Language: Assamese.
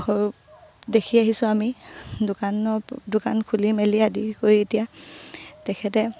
দেখি আহিছোঁ আমি দোকানৰ দোকান খুলি মেলি আদি কৰি এতিয়া তেখেতে